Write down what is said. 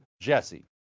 JESSE